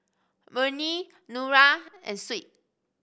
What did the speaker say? Murni Nura and Shuib